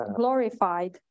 glorified